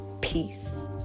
peace